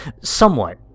Somewhat